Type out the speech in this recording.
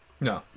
No